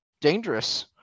Dangerous